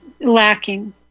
lacking